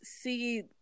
see